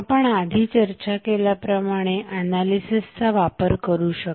आपण आधी चर्चा केल्याप्रमाणे एनालिसिसचा वापर करू शकता